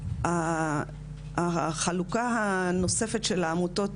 החלוקה הנוספת של העמותות,